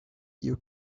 you